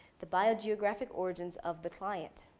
the biogeographic origins of the client.